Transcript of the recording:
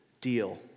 deal